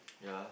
ya